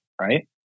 right